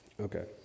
Okay